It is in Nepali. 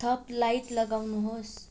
थप लाइट लगाउनुहोस्